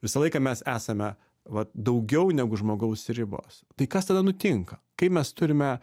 visą laiką mes esame va daugiau negu žmogaus ribos tai kas tada nutinka kai mes turime